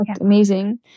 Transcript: amazing